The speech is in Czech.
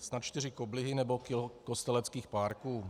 Snad čtyři koblihy nebo kilo kosteleckých párků?